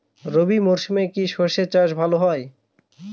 রবি মরশুমে কি সর্ষে চাষ ভালো হয়?